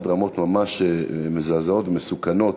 עד רמות ממש מזעזעות ומסוכנות.